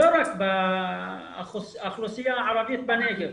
לא רק באוכלוסייה הערבית בנגב,